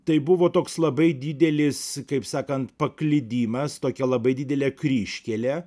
tai buvo toks labai didelis kaip sakant paklydimas tokia labai didelė kryžkelė